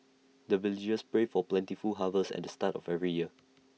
the villagers pray for plentiful harvest at the start of every year